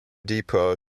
depot